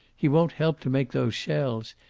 he won't help to make those shells.